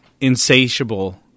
insatiable